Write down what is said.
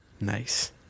nice